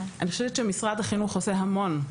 אני חושבת שמשרד החינוך עושה המון.